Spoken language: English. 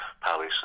Palace